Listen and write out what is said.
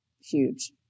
huge